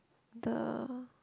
the